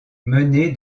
mené